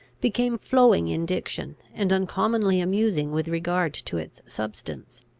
became flowing in diction, and uncommonly amusing with regard to its substance.